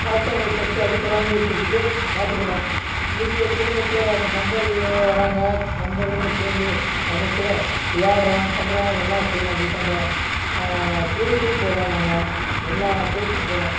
பார்த்து அவங்களுக்கு கற்று அடிப்படாமல் இருக்கிறதுக்கு பார்த்துக்கணும் மீதி குடும்பத்தோடு நண்பர்கள் வராங்க நண்பர்களும் சேர்ந்து அவங்கக்கூட விளாடுறோம் பண்ணுறோம் எல்லாம் செய்கிறோம் வீட்டாண்ட டூருக்கும் போகிறோம் நாங்கள் எல்லாம் டூருக்கும் போகிறோம்